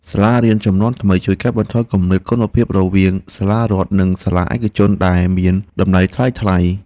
សាលារៀនជំនាន់ថ្មីជួយកាត់បន្ថយគម្លាតគុណភាពរវាងសាលារដ្ឋនិងសាលាឯកជនដែលមានតម្លៃថ្លៃៗ។